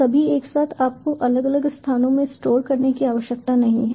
सभी एक साथ आपको अलग अलग स्थानों में स्टोर करने की आवश्यकता नहीं है